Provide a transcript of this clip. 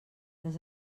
les